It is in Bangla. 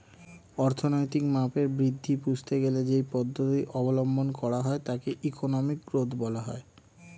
অর্থনৈতিক মাপের বৃদ্ধি বুঝতে গেলে যেই পদ্ধতি অবলম্বন করা হয় তাকে ইকোনমিক গ্রোথ বলা হয়